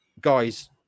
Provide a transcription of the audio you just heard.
guys